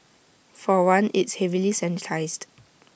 for one it's heavily sanitised